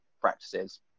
practices